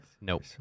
Nope